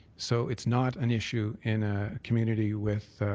so it's not an issue in a community with